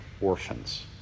orphans